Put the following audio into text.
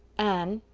anne,